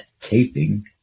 taping